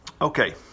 Okay